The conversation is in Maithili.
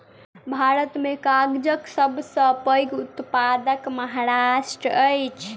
भारत में कागजक सब सॅ पैघ उत्पादक महाराष्ट्र अछि